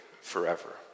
forever